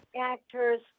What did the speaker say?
actors